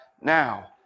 now